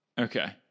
Okay